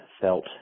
felt